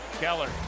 Keller